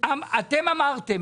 אתם אמרתם,